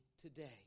today